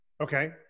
Okay